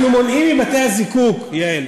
אנחנו מונעים מבתי-הזיקוק, יעל,